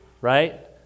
right